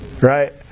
right